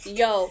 yo